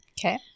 Okay